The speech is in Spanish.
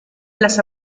las